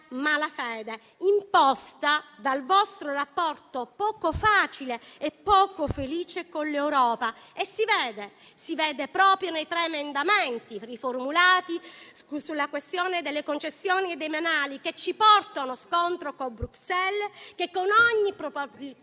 malafede, imposta dal vostro rapporto poco facile e poco felice con l'Europa. Si vede proprio nei tre emendamenti riformulati sulla questione delle concessioni demaniali, che ci porta a uno scontro con Bruxelles, che con ogni probabilità